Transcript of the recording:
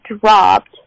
dropped